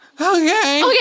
Okay